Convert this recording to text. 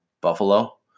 Buffalo